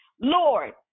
Lord